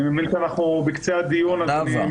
אני מבין שאנחנו בקצה הדיון.